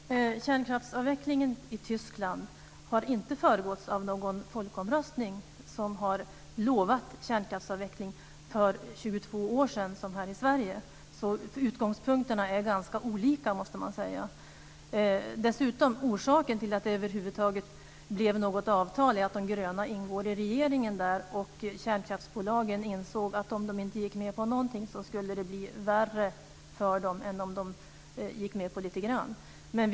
Fru talman! Kärnkraftsavvecklingen i Tyskland har inte föregåtts av någon folkomröstning som har lovat kärnkraftsavveckling för 22 år sedan, som här i Sverige, så utgångspunkterna är ganska olika, måste man säga. Orsaken till att det över huvud taget blev något avtal är att De gröna ingår i regeringen där, och kärnkraftsbolagen insåg att om de inte gick med på någonting skulle det bli värre för dem än om de gick med på lite grann.